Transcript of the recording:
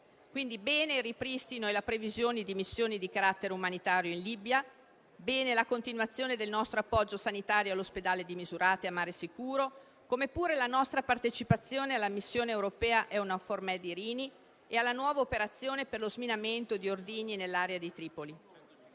quindi, il ripristino e la previsione di missioni di carattere umanitario in Libia; bene la continuazione del nostro appoggio sanitario all'ospedale di Misurata e a Mare sicuro, come pure la nostra partecipazione alla missione europea *Eunavfor Med* Irini e alla nuova operazione per lo sminamento di ordigni nell'area di Tripoli.